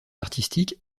artistiques